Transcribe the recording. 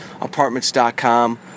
Apartments.com